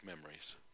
memories